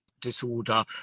disorder